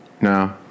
No